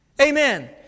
Amen